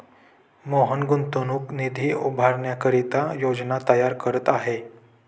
मोहन गुंतवणूक निधी उभारण्याकरिता योजना तयार करत आहे